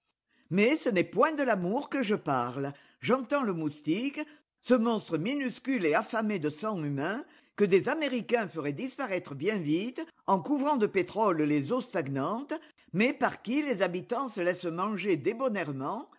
mais ce n'est point de l'amour que je parle j'entends le moustique ce monstre minuscule et affamé de sang humain que des américains feraient disparaître bien vite en couvrant de pétrole les eaux stagnantes mais par qui les habitants se laissent manger